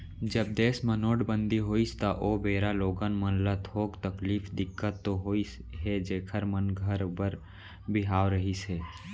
जब देस म नोटबंदी होइस त ओ बेरा लोगन मन ल थोक तकलीफ, दिक्कत तो होइस हे जेखर मन घर बर बिहाव रहिस हे